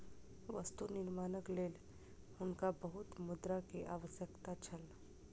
वस्तु निर्माणक लेल हुनका बहुत मुद्रा के आवश्यकता छल